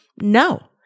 No